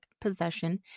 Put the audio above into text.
possession